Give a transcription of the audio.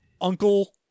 uncle